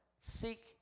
Seek